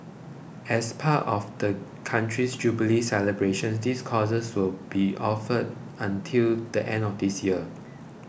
as part of the country's jubilee celebrations these courses will be offered until the end of this year